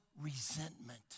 resentment